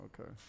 Okay